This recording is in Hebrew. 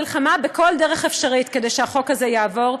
נלחמה בכל דרך אפשרית כדי שהחוק הזה יעבור,